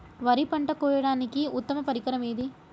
వరి పంట కోయడానికి ఉత్తమ పరికరం ఏది?